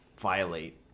violate